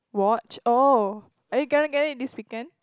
watch are you gonna get it this weekend